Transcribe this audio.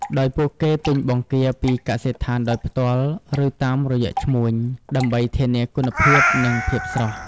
ដោយពួកគេទិញបង្គាពីកសិដ្ឋានដោយផ្ទាល់ ឬតាមរយៈឈ្មួញ ដើម្បីធានាគុណភាព និងភាពស្រស់។